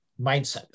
mindset